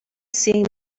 seeing